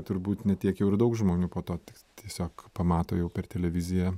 turbūt ne tiek jau ir daug žmonių po to tiesiog pamato jau per televiziją